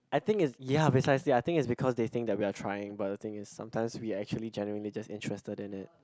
I think it's ya precisely I think it's because they think that we are trying but the thing is sometimes we are actually generally just interested in it